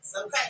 Okay